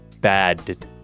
bad